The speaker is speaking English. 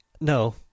no